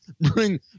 bring